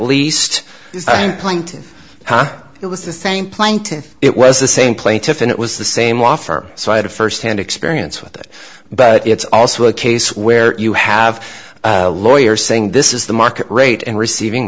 least playing to it was the same plaintiff it was the same plaintiff and it was the same offer so i had firsthand experience with it but it's also a case where you have a lawyer saying this is the market rate and receiving